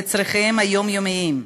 לצורכיהם היומיומיים,